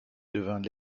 devint